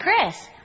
Chris